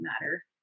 matter